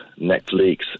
Netflix